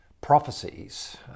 prophecies